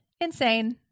insane